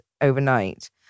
overnight